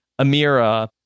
Amira